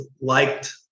liked